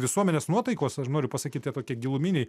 visuomenės nuotaikos aš noriu pasakyt tie tokie giluminiai